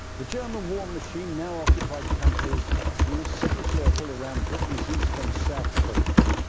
the german war machine now occupied countries in a semicircle around britain's east and south coasts.